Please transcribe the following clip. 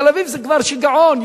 בתל-אביב זה כבר שיגעון,